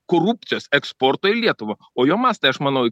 korupcijos eksporto į lietuvą o jo mastai aš manau iki